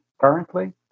currently